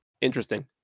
Interesting